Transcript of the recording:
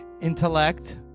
intellect